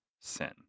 sin